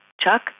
Chuck